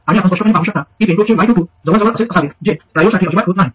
आणि आपण स्पष्टपणे पाहू शकता की पेंटोडचे y22 जवळजवळ असेच असावे जे ट्रायडसाठी अजिबात होत नाही